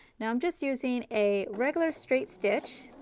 now i'm just using a regular straight stitch